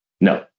No